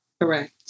Correct